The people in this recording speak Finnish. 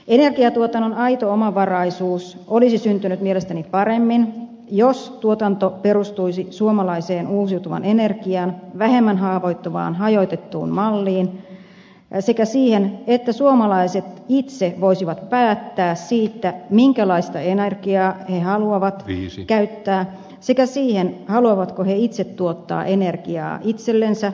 energiatuotannon aito omavaraisuus olisi syntynyt mielestäni paremmin jos tuotanto perustuisi suomalaiseen uusiutuvaan energiaan vähemmän haavoittuvaan hajautettuun malliin sekä siihen että suomalaiset itse voisivat päättää siitä minkälaista energiaa he haluavat käyttää sekä siitä haluavatko he itse tuottaa energiaa itsellensä ja myyntiin